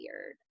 weird